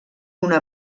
una